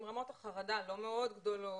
אם רמות החרדה לא מאוד גדולות,